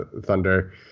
Thunder